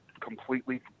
completely